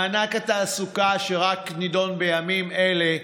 מענק התעסוקה, שרק נדון בימים אלה,